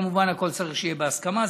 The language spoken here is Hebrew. כמובן, צריך שהכול יהיה בהסכמה.